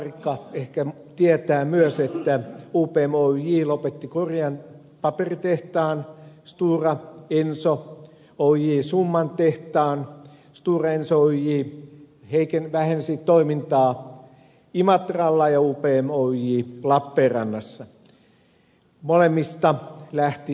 larikka ehkä tietää myös että upm oyj lopetti korian paperitehtaan stora enso oyj summan tehtaan stora enso oyj vähensi toimintaansa imatralla ja upm oyj lappeenrannassa